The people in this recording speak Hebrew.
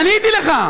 אז עניתי לך.